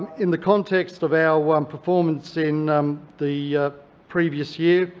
in the context of our um performance in um the previous year,